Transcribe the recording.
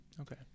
Okay